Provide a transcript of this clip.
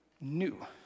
new